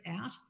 out